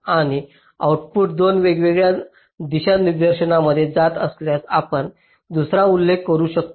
आणि आउटपुट 2 वेगवेगळ्या दिशानिर्देशांमध्ये जात असल्यास आपण दुसरा उल्लेख करू शकता